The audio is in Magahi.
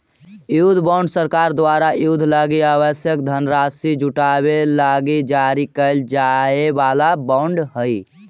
युद्ध बॉन्ड सरकार द्वारा युद्ध लगी आवश्यक धनराशि जुटावे लगी जारी कैल जाए वाला बॉन्ड हइ